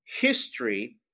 history